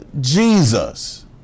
Jesus